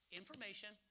information